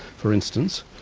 for instance,